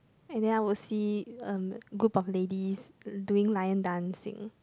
and then I will see um group of ladies doing lion dancing